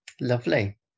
Lovely